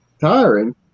tiring